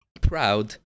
proud